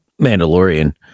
Mandalorian